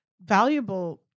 valuable